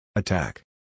Attack